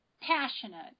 passionate